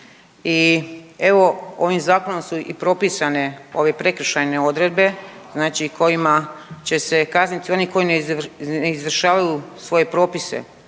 I evo ovim zakonom su i propisane ove prekršajne odredbe znači kojima će se kazniti oni koji ne izvršavaju svoje propise